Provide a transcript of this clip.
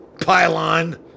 pylon